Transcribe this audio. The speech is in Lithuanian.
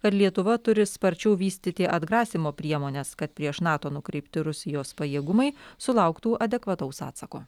kad lietuva turi sparčiau vystyti atgrasymo priemones kad prieš nato nukreipti rusijos pajėgumai sulauktų adekvataus atsako